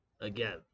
again